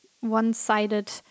one-sided